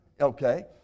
Okay